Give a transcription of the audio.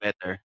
better